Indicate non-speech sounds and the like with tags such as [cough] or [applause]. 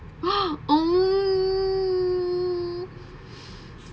[breath] mm